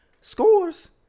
scores